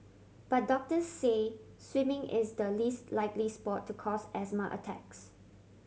but doctor say swimming is the least likely sport to cause asthma attacks